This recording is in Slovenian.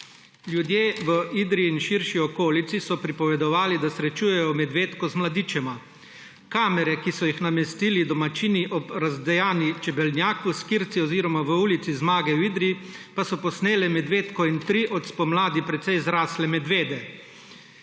»Ljudje v Idriji in širši okolici so pripovedovali, da srečujejo medvedko z mladičema. Kamere, ki so jih namestili domačini ob razdejan čebelnjak v Skirci oziroma v Ulici zmage v Idriji, pa so posnele medvedko in tri od spomladi precej zrasle medvede.